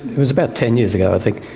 it was about ten years ago i think.